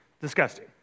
Disgusting